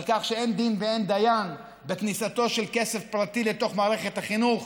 על כך שאין דין ואין דיין בכניסתו של כסף פרטי לתוך מערכת החינוך,